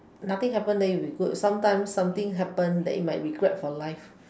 nothing happen then you will be good sometimes something happen that you might regret for life